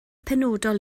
penodol